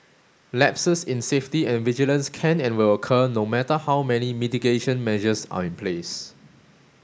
lapses in safety and vigilance can and will occur no matter how many mitigation measures are in place